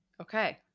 okay